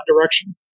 direction